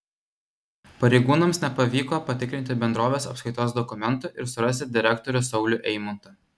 pareigūnams nepavyko patikrinti bendrovės apskaitos dokumentų ir surasti direktorių saulių eimuntą